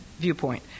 viewpoint